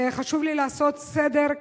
וחשוב לי לעשות סדר,